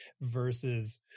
versus